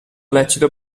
lecito